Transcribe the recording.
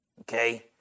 Okay